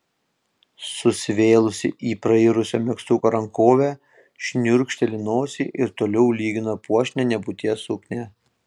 susivėlusi į prairusio megztuko rankovę šniurkšteli nosį ir toliau lygina puošnią nebūties suknią